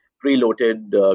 pre-loaded